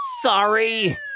sorry